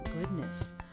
goodness